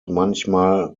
manchmal